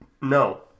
No